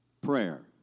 prayer